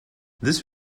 this